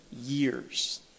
years